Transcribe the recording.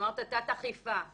אמרת תת-אכיפה.